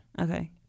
Okay